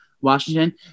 Washington